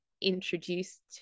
introduced